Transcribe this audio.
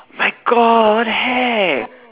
my God what the heck